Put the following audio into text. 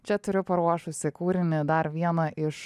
čia turiu paruošusi kūrinį dar vieną iš